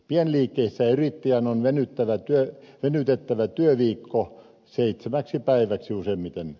pienliikkeissä yrittäjän on venytettävä työviikko seitsemäksi päiväksi useimmiten